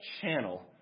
channel